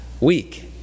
week